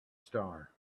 star